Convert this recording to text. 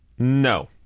No